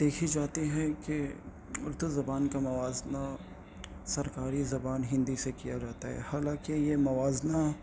دیکھی جاتی ہے کہ اردو زبان کا موازنہ سرکاری زبان ہندی سے کیا جاتا ہے حالانکہ یہ موازنہ